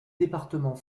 département